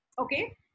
Okay